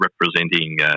representing